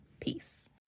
Peace